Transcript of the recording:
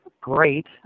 great